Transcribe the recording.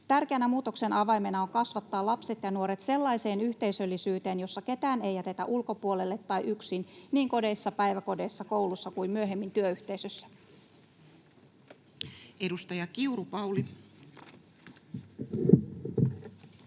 Tärkeänä muutoksen avaimena on kasvattaa lapset ja nuoret sellaiseen yhteisöllisyyteen, jossa ketään ei jätetä ulkopuolelle tai yksin, niin kodeissa, päiväkodeissa, koulussa kuin myöhemmin työyhteisössä. [Speech 114]